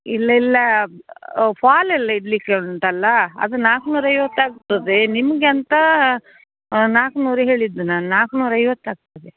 ಇಲ್ಲಿಲ್ಲ ಫಾಲ್ ಎಲ್ಲ ಇಡಲಿಕ್ಕೆ ಉಂಟಲ್ಲ ಅದು ನಾಲ್ಕು ನೂರು ಐವತ್ತು ಆಗ್ತದೆ ನಿಮ್ಗೆ ಅಂತ ನಾಲ್ಕು ನೂರು ಹೇಳಿದ್ದು ನಾನು ನಾಲ್ಕು ನೂರು ಐವತ್ತು ಆಗ್ತದೆ